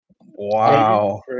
Wow